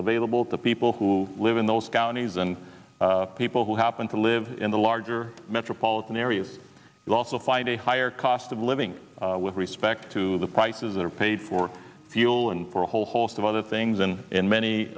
available to people who live in those counties and people who happen to live in the larger metropolitan areas you also find a higher cost of living with respect to the prices that are paid for fuel and for a whole host of other things and in many